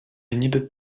needed